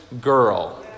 girl